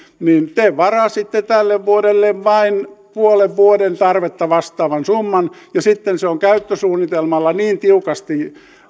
te varasitte tälle vuodelle vain puolen vuoden tarvetta vastaavan summan ja sitten on käyttösuunnitelmalla niin tiukasti